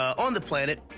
on the planet.